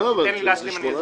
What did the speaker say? תן לי להשלים ואני אסביר.